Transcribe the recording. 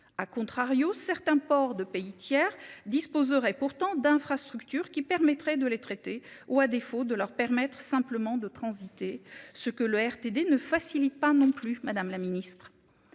À contrario, certains ports de pays tiers disposerait pourtant d'infrastructures qui permettrait de les traiter, ou à défaut de leur permettre simplement de transiter ce que le RTD ne facilite pas non plus Madame la Ministre.